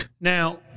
Now